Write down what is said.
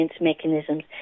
mechanisms